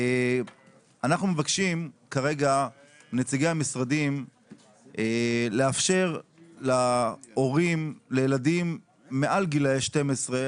אנחנו מבקשים כרגע מנציגי המשרדים לאפשר להורים לילדים מעל גילאי 12,